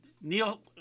Neil